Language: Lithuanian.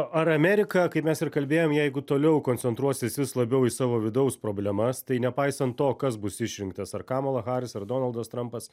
ar amerika kaip mes ir kalbėjom jeigu toliau koncentruosis vis labiau į savo vidaus problemas tai nepaisant to kas bus išrinktas ar kamala harris ar donaldas trumpas